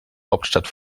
hauptstadt